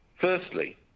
Firstly